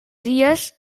dies